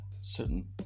certain